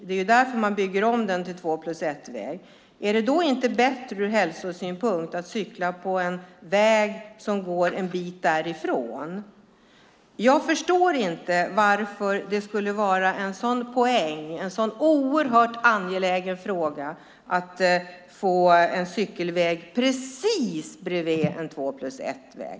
Det är ju därför den byggts om till en två-plus-ett-väg. Är det inte bättre ur hälsosynpunkt att cykla på en väg som går en bit därifrån? Jag förstår inte varför det är så oerhört angeläget att få en cykelväg precis bredvid en två-plus-ett-väg.